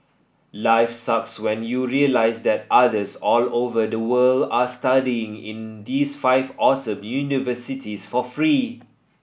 life sucks when you realise that others all over the world are studying in these five awesome universities for free